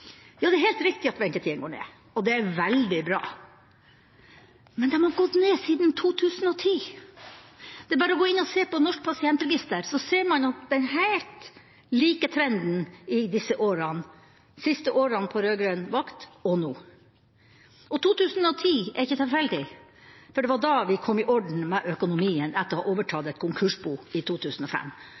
Ja, det er helt riktig at ventetidene går ned, og det er veldig bra. Men de har gått ned siden 2010. Det er bare å gå inn og se på Norsk pasientregister, så ser man den helt like trenden i disse årene – de siste årene på rød-grønn vakt og nå. 2010 er ikke tilfeldig, for det var da vi kom i orden med økonomien etter å ha overtatt et konkursbo i 2005.